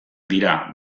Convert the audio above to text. dira